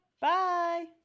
Bye